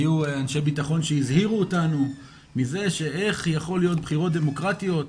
היו אנשי ביטחון שהזהירו אותנו מזה שאיך יכול להיות בחירות דמוקרטיות,